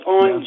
on